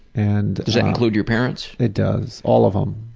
and does that include your parents? it does, all of them.